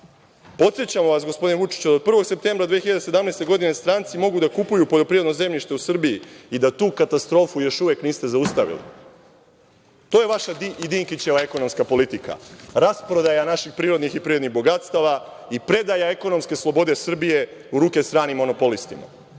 banja. Podsećam vas, gospodine Vučiću, od 1. septembra 2017. godine stranci mogu da kupuju poljoprivredno zemljište u Srbiji, i da tu katastrofu još uvek niste zaustavili. To je vaša i Dinkićeva ekonomska politika, rasprodaja naših prirodnih i privrednih bogatstava i predaja ekonomske slobode Srbije u ruke stranih monopolistima.U